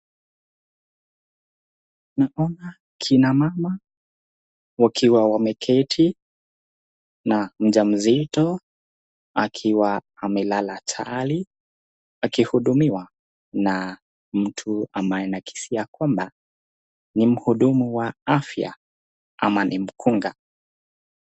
Naona kina mama wakiwa wameketi na mjamzito akiwa amelala chali akihudumiwa na mtu ambaye anakisia kwamba ni mhudumu wa afya ama ni mkunga.